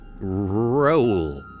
Roll